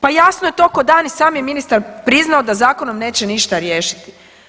Pa jasno je to ko dan i sam je ministar priznao da zakonom neće ništa riješiti.